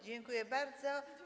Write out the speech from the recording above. Dziękuję bardzo.